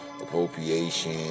appropriation